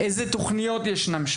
אילו תוכניות ישנן,